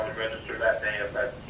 register that day if that